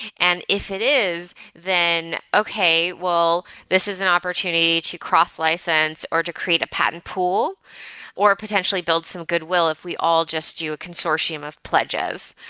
and if it is, then, okay, well this is an opportunity to cross-license or to create a patent pool or potentially build some goodwill if we all just do a consortium of pledges.